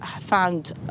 found